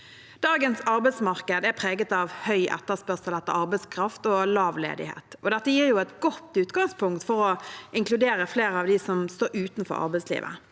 Dagens arbeidsmarked er preget av høy etterspørsel etter arbeidskraft, og lav ledighet. Dette gir et godt utgangspunkt for å inkludere flere av dem som står utenfor arbeidslivet.